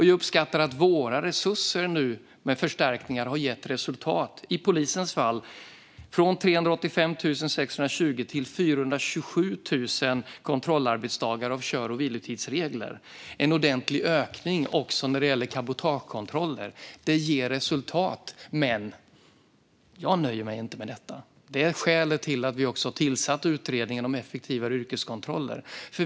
Jag uppskattar att våra resurser nu, med förstärkningar, har gett resultat - i polisens fall har det gått från 385 620 till 427 000 kontrollarbetsdagar av kör och vilotidsregler. Det har skett en ordentlig ökning också när det gäller cabotagekontroller. Det ger resultat, men jag nöjer mig inte med detta. Det är skälet till att vi har tillsatt utredningen om effektivare yrkeskontroller.